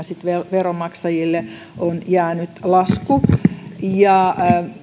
veronmaksajille on jäänyt